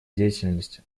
деятельность